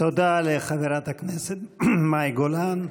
תודה לחברת הכנסת מאי גולן.